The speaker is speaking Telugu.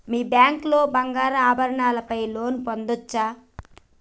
మీ బ్యాంక్ లో బంగారు ఆభరణాల పై లోన్ పొందచ్చా?